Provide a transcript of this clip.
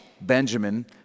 Benjamin